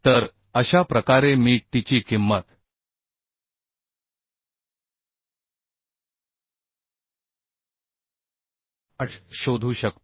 तर अशा प्रकारे मी t ची किंमत 8 शोधू शकतो